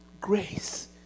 grace